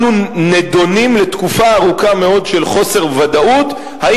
אנחנו נידונים לתקופה ארוכה מאוד של חוסר ודאות אם